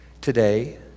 Today